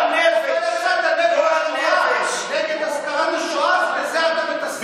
אתה יצאת נגד השואה, תתבייש.